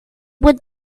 would